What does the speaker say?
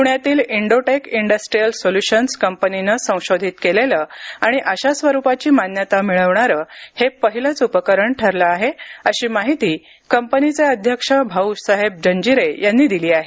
पुण्यातील Indotech industrial solutions कंपनीने संशोधित केलेले आणि अशा स्वरूपाची मान्यता मिळवणारे हे पहिले उपकरण ठरले आहे अशी माहिती कंपनीचे अध्यक्ष भाऊसाहेब जंजिरे यांनी दिली आहे